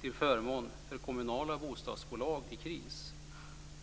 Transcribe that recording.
till förmån för kommunala bostadsbolag i kris.